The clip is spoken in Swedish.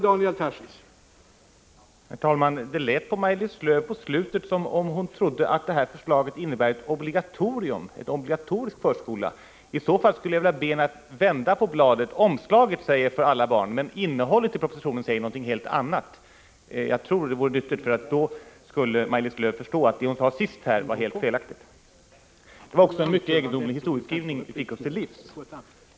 Prot. 1985/86:43 Herr talman! I slutet av Maj-Lis Lööws inlägg lät det som om hon trodde 4 december 1985 att detta förslag innebär ett obligatorium — en obligatorisk förskola. I så fall Fö kö skulle jag vilja be henne att vända på bladet i propositionen. Omslaget säger Orskola för alla barn; m.m. att det skall gälla alla barn, men innehållet i propositionen säger någonting helt annat. Jag tror att det vore bra om Maj-Lis Lööw tittade i propositionen. Då skulle hon förstå att det hon sade sist var helt felaktigt. Det var också en mycket egendomlig historieskrivning som vi fick oss till livs.